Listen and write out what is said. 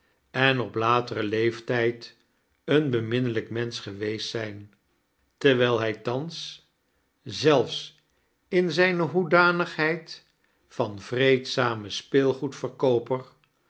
hebben enop lateren leeftijd een beminnelijk mensch geweest zijn terwijl hij thans zelfs ki zijne hoedanigheid van vreedzamen speelgoedverkooper